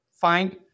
find